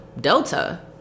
delta